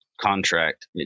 Contract